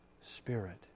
Spirit